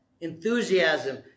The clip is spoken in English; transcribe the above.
Enthusiasm